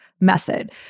method